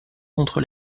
contre